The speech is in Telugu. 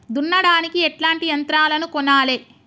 దున్నడానికి ఎట్లాంటి యంత్రాలను కొనాలే?